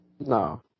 No